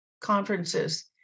conferences